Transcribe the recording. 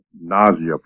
nausea